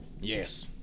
Yes